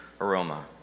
aroma